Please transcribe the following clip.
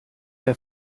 der